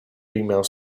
female